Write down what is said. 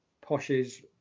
Posh's